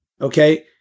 okay